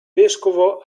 vescovo